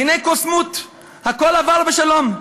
והנה קוסמות, הכול עבר בשלום.